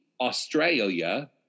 Australia